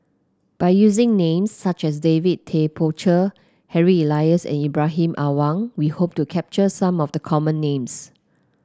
by using names such as David Tay Poey Cher Harry Elias and Ibrahim Awang we hope to capture some of the common names